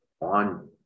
on